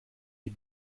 die